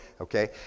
okay